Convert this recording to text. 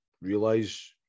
realize